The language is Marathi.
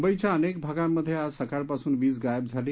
मुंबईच्या अनेक भागांमध्ये आज सकाळपासून वीज गायब झाली